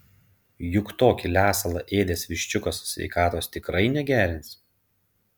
juk tokį lesalą ėdęs viščiukas sveikatos tikrai negerins